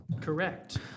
Correct